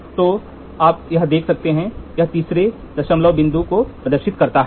तो आप यहां देख सकते हैं यह तीसरे दशमलव बिंदु को प्रदर्शित करता है